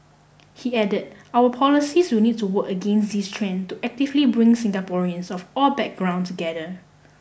he added our policies will need to work against this trend to actively bring Singaporeans of all background together